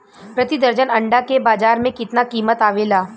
प्रति दर्जन अंडा के बाजार मे कितना कीमत आवेला?